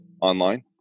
online